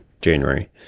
January